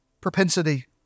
propensity